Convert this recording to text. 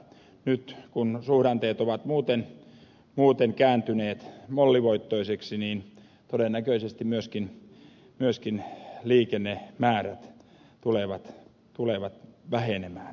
nyt kun suhdanteet ovat muuten kääntyneet mollivoittoisiksi niin todennäköisesti myöskin liikennemäärät tulevat vähenemään teillämme